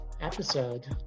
episode